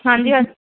ਹਾਂਜੀ ਹਾ